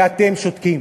ואתם שותקים.